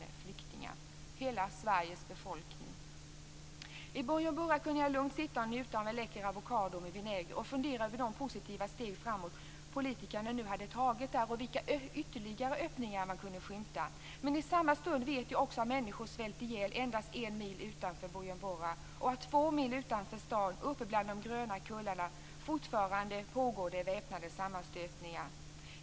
Det motsvarar hela Sveriges befolkning. I Bujumbura kunde jag lugnt sitt och njuta av en läcker avokado med vinäger och fundera över de positiva steg framåt politikerna nu hade tagit där, och vilka ytterligare öppningar man kunde skymta. Men i samma stund vet jag också att människor svälter ihjäl endast en mil utanför Bujumbura, och att det två mil utanför staden, uppe bland de gröna kullarna, fortfarande pågår väpnade sammanstötningar.